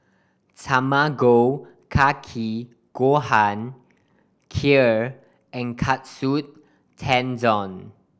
Tamago Kake Gohan Kheer and Katsu Tendon